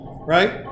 right